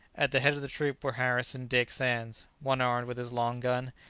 at the head of the troop were harris and dick sands, one armed with his long gun,